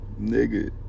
Nigga